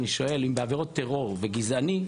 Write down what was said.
אם בעבירות טרור וגזעני,